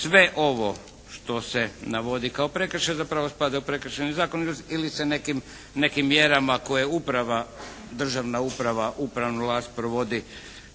sve ovo što se navodi kao prekršaj zapravo spada u Prekršajni zakon ili se nekim mjerama koje uprava, državna uprava upravnu vlast provodi